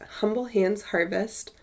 humblehandsharvest